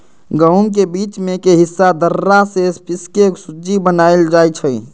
गहुम के बीच में के हिस्सा दर्रा से पिसके सुज्ज़ी बनाएल जाइ छइ